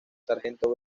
sargento